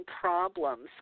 problems